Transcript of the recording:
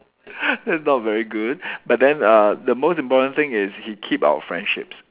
that's not very good but then uh the most important thing is that he keep our friendships